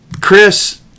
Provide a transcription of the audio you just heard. Chris